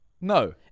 No